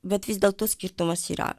bet vis dėlto skirtumas yra